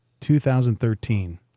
2013